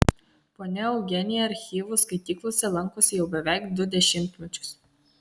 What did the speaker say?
ponia eugenija archyvų skaityklose lankosi jau beveik du dešimtmečius